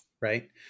Right